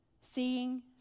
Seeing